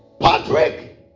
Patrick